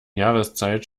jahreszeit